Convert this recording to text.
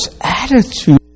attitude